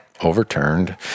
overturned